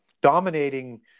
dominating